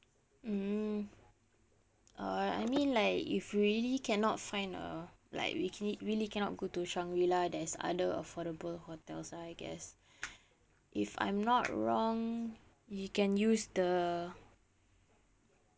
mm err I mean like if really cannot find a like we can~ really cannot go to shangri la there's other affordable hotels I guess if I'm not wrong you can use the